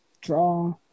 draw